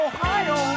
Ohio